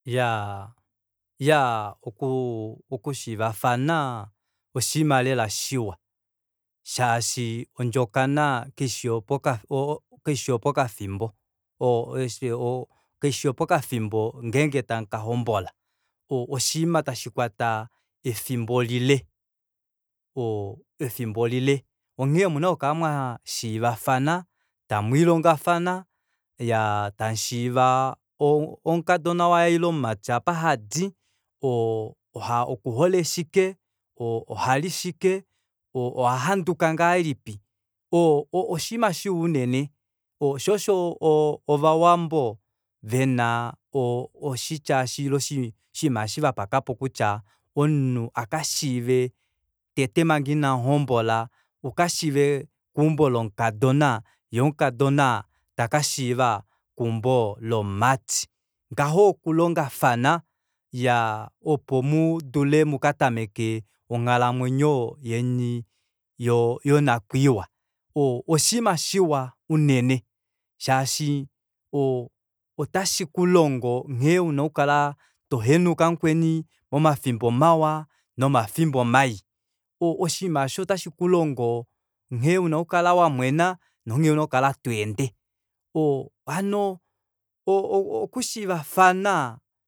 Iyaa iyaa oku okushiivafana oshiima lela shiwa shaashi odjokana kaifi yopakafimbo o- o- kaifi yopakafimbo ngenge tamukahombola oshinima tashikwata efimbo lile oo efimbo lile onghee omuna okukala mwaa shiivafana tamwiilongafana tamushiiva omukadona waye ile omumati apa hadi oo oha okuhole shike ohali shike ohahanduka ngahelipi oo oshinima shiwa unene oo shoo osho ovawambo vena oshitya eshi ile oshinima eshi vapakapo kutya omunhu akashiive tete manga inamuhombola akashiive keumbo lomukadona yee omukadona taka shiiva keumbo lomumati ngaho okulongafana iyaa opo mudule mukatameke onghalamwenyo yeni yonakwiiwa o oshinima shiwa unene shaashi oo otashikulungo nghene una okukala tohenuka mukweni momafimbo mawa nomafimbo mayi oshinima eshi otashikulongo nghee una okukala wamwena nonghene una okukala tweende hano okushiivafana